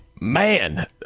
Man